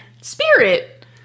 Spirit